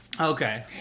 okay